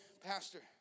Pastor